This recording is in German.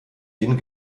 denen